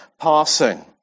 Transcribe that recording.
passing